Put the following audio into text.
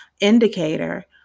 indicator